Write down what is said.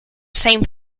same